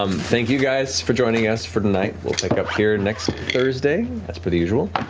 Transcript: thank you guys for joining us for tonight. we'll pick up here next thursday, as per the usual.